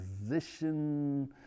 position